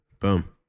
Boom